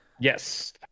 Yes